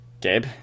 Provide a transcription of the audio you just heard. Gabe